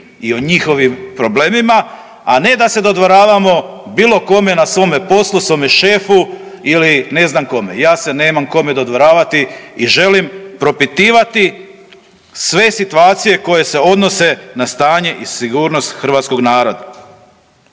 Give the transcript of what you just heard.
i o njihovim problemima, a ne da se dodvoravamo bilo kome na svome poslu, svome šefu ili ne znam kome, ja se nemam kome dodvoravati i želim propitivati sve situacije koje se odnose na stanje i sigurnost hrvatskog naroda.